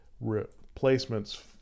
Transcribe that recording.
replacements